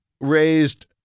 raised